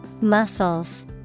Muscles